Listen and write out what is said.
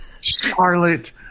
Charlotte